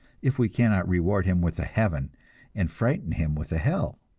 if we cannot reward him with a heaven and frighten him with a hell?